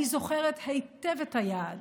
אני זוכרת היטב את היעד,